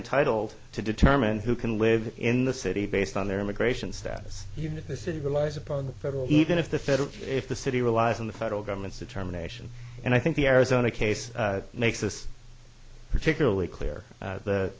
entitled to determine who can live in the city based on their immigration status you know the city relies upon the federal even if the federal if the city relies on the federal government's determination and i think the arizona case makes this particularly clear